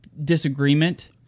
disagreement